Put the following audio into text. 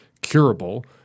curable